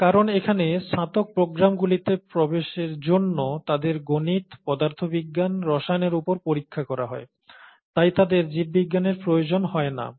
এর কারণ এখানে স্নাতক প্রোগ্রামগুলিতে প্রবেশের জন্য তাদের গণিত পদার্থবিজ্ঞান রসায়নের উপর পরীক্ষা করা হয় তাই তাদের জীববিজ্ঞানের প্রয়োজন হয় না